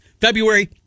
February